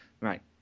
Right